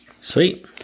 Sweet